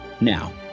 Now